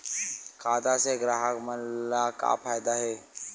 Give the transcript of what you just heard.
खाता से ग्राहक मन ला का फ़ायदा हे?